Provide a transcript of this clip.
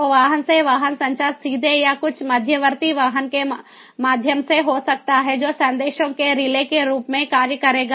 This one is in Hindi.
तो वाहन से वाहन संचार सीधे या कुछ मध्यवर्ती वाहन के माध्यम से हो सकता है जो संदेशों के रिले के रूप में कार्य करेगा